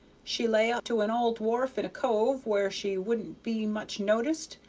she lay up to an old wharf in a cove where she wouldn't be much noticed,